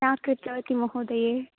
न कृतवती महोदये